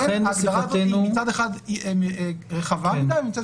לכן ההגדרה הזאת מצד אחד היא רחבה מדי ומצד